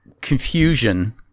confusion